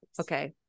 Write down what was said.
okay